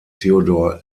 theodor